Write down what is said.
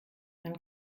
man